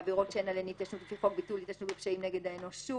עבירות שאין עליהן התיישנות לפי חוק ביטול התיישנות פשעים נגד האנושות.